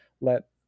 let